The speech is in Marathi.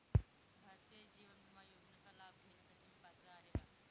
भारतीय जीवन विमा योजनेचा लाभ घेण्यासाठी मी पात्र आहे का?